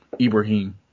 Ibrahim